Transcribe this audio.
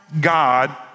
God